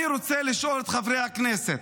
אני רוצה לשאול את חברי הכנסת: